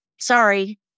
Sorry